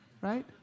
right